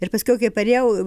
ir paskiau kai parėjau